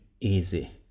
easy